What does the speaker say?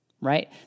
right